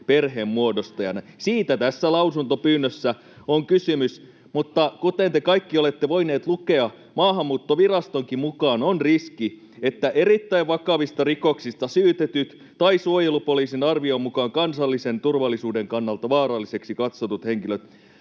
perheen muodostajana — siitä tässä lausuntopyynnössä on kysymys. Mutta kuten te kaikki olette voineet lukea, Maahanmuuttovirastonkin mukaan on riski, että ”erittäin vakavista rikoksista syytetyt tai suojelupoliisin arvion mukaan kansallisen turvallisuuden kannalta vaaralliseksi katsotut henkilöt